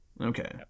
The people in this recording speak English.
Okay